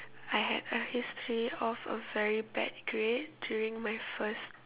I had a history of a very bad grade during my first